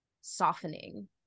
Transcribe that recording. softening